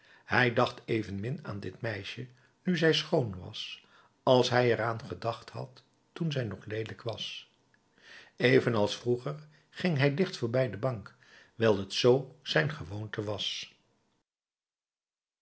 hij dacht evenmin aan dit meisje nu zij schoon was als hij er aan gedacht had toen zij nog leelijk was evenals vroeger ging hij dicht voorbij de bank wijl t zoo zijn gewoonte was